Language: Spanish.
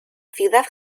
ciudad